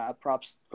props